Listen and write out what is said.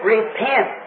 Repent